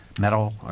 metal